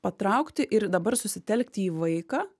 patraukti ir dabar susitelkti į vaiką